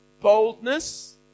boldness